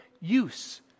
use